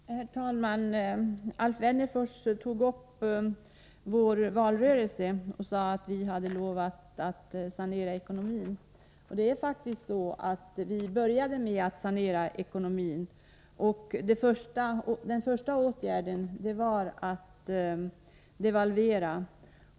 Herr talman! Alf Wennerfors nämnde något om vår valrörelse. Han sade att vi hade lovat att sanera ekonomin, och det är faktiskt vad vi började med. Den första åtgärden var att devalvera.